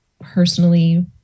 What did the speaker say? personally